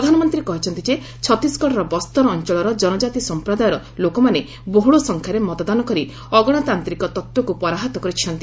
ପ୍ରଧାନମନ୍ତ୍ରୀ କହିଛନ୍ତି ଯେ ଛତିଶଗଡର ବସ୍ତର ଅଞ୍ଚଳର କନକାତି ସମ୍ପ୍ରଦ୍ରାୟର ଲୋକମାନେ ବହୁଳ ସଂଖ୍ୟାରେ ମତଦାନ କରି ଅଗଣତାନ୍ତିକ ତତ୍ୱକୁ ପରାହତ କରିଛନ୍ତି